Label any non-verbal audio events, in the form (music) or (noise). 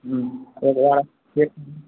तो एक बार देख (unintelligible)